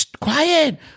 Quiet